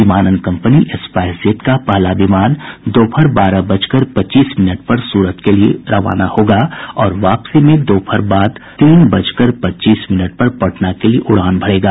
विमानन कम्पनी SpiceJet का पहला विमान दोपहर बारह बजकर पच्चीस मिनट पर सूरत के लिए रवाना होगा और वापसी में दोपहर बाद तीन बजकर पच्चीस मिनट पर पटना के लिए उड़ान भरेगा